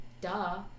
duh